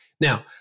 Now